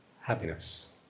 happiness